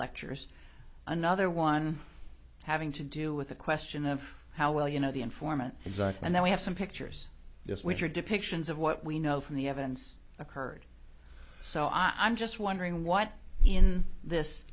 lectures another one having to do with the question of how well you know the informant and then we have some pictures which are depictions of what we know from the evidence occurred so i'm just wondering what in this